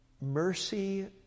mercy